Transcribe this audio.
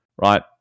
right